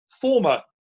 former